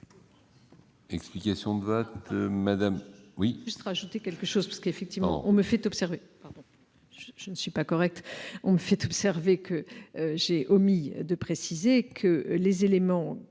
explication de vote. Madame